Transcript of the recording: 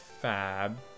Fab